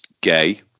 gay